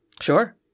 Sure